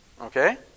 Okay